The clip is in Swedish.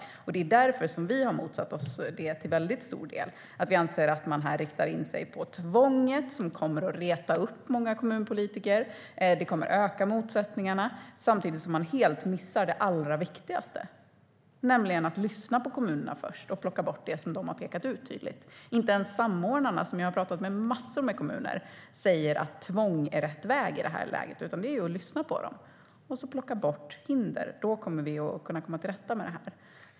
Det är till väldigt stor del därför som vi har motsatt oss det. Vi anser att man riktar in sig på tvånget, som kommer att reta upp många kommunpolitiker och öka motsättningarna, samtidigt som man helt missar det allra viktigaste: att först lyssna på kommunerna och plocka bort det som de tydligt har pekat ut. Inte ens samordnarna, som jag har pratat med i massor av kommuner, säger att tvång är rätt väg i det här läget. Rätt väg är att lyssna på dem och plocka bort hinder. Då kommer vi att kunna komma till rätta med det här.